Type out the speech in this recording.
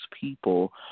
people